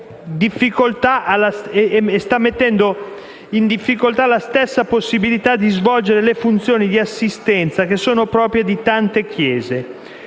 e sta mettendo in difficoltà la stessa possibilità di svolgere le funzioni di assistenza che sono proprie di tante Chiese.